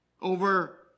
over